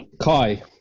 Kai